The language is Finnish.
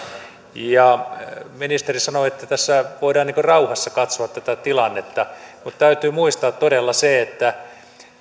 ministeri sanoi että tässä voidaan rauhassa katsoa tätä tilannetta mutta täytyy muistaa todella se että